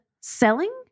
selling